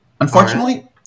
Unfortunately